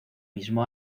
mismo